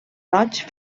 roig